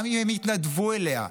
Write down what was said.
גם אם הם יתנדבו אליה,